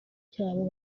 cyabo